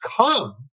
come